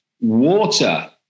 water